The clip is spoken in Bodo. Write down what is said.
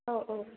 औ औ